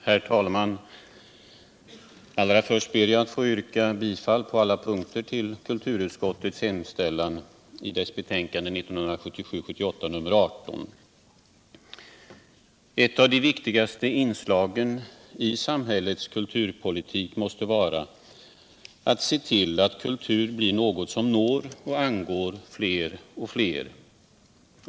Herr talman! Allra först ber jag att få yrka bifall på alla punkter till kulturutskottets hemställan i dess betänkande 1977/78:18. Ett av de viktigaste inslagen i samhällets kulturpolitik måste vara att se till att kultur blir något som når och angår fler och fler.